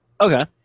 Okay